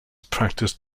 practised